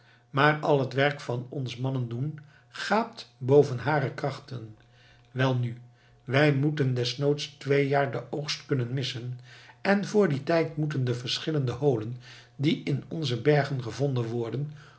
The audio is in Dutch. maar al het werk van ons mannen doen gaat boven hare krachten welnu wij moeten desnoods twee jaar den oogst kunnen missen en vr dien tijd moeten de verschillende holen die in onze bergen gevonden worden